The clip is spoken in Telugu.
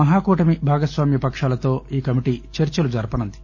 మహాకూటమి భాగస్వామ్య పక్వాలతో ఈ కమిటీ చర్చలు జరపనుంది